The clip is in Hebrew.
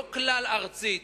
לא כלל-ארצית,